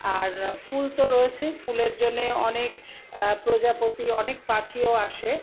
আর ফুল তো রয়েছেই ফুলের জন্যে অনেক প্রজাপতি অনেক পাখিও আসে